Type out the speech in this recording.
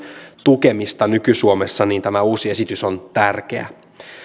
tukemista nyky suomessa niin tämä uusi esitys on tärkeä